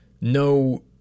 No